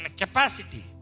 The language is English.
capacity